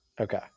Okay